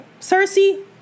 Cersei